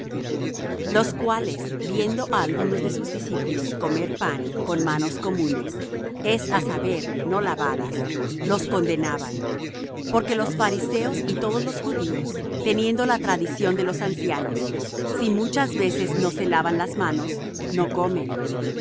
los cuales viendo á algunos de sus discípulos comer pan con manos comunes es á saber no lavadas los condenaban porque los fariseos y todos los judíos teniendo la tradición de los ancianos si muchas veces no se lavan las manos no comen